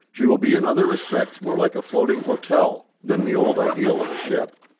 she will be in other respects more like a floating hotel than the old ideal of a ship,